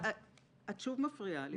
את שוב מפריעה לי.